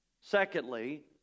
Secondly